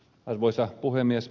arvoisa puhemies